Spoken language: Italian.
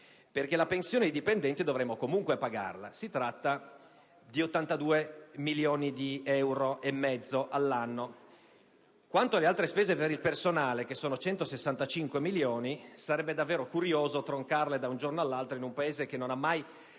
perché la pensione ai dipendenti dovremmo comunque pagarla: e si tratta di 82,5 milioni di euro all'anno. Quanto alle altre spese per il personale, che ammontano a 165 milioni, sarebbe davvero curioso troncarle da un giorno all'altro in un Paese che non ha mai